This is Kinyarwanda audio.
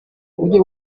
ujye